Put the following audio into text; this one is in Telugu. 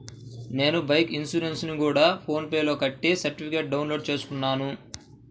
నేను బైకు ఇన్సురెన్సుని గూడా ఫోన్ పే లోనే కట్టి సర్టిఫికేట్టుని డౌన్ లోడు చేసుకున్నాను